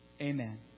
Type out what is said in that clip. Amen